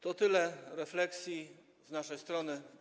To tyle refleksji z naszej strony.